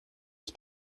ich